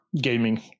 gaming